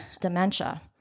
dementia